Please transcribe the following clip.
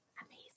Amazing